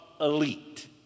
elite